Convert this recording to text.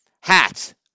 hats